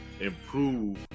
improve